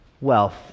wealth